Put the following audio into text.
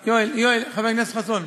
חבר הכנסת חסון.